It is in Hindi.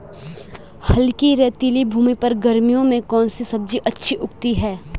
हल्की रेतीली भूमि पर गर्मियों में कौन सी सब्जी अच्छी उगती है?